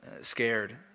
scared